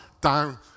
down